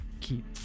keep